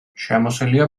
შემოსილია